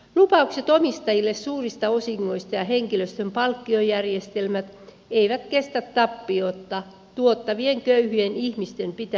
lupaukset omistajille suurista osingoista ja henkilöstön palkkiojärjestelmät eivät kestä tappiota tuottavien köyhien ihmisten pitämistä asiakkaina